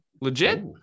legit